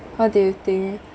what do you think